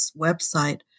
website